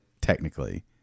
technically